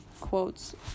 quotes